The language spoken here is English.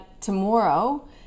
tomorrow